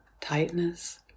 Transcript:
tightness